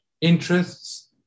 interests